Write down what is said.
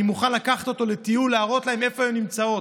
אני מוכן לקחת אותו לטיול להראות לו איפה הן נמצאות.